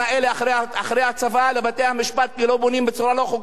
אחרי הצבא לבתי-המשפט כי בונים בצורה לא חוקית.